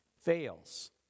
fails